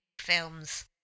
films